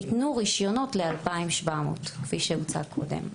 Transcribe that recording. ניתנו רישיונות ל-2,700 כפי שהוצג קודם,